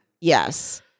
Yes